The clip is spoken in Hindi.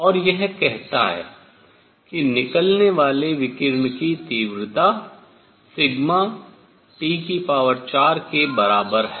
और यह कहता है कि निकलने वाले विकिरण की तीव्रता T4के बराबर है